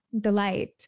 Delight